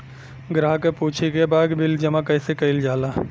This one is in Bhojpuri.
ग्राहक के पूछे के बा की बिल जमा कैसे कईल जाला?